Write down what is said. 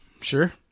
Sure